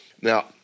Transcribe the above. Now